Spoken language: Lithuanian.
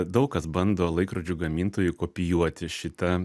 daug kas bando laikrodžių gamintojai kopijuoti šitą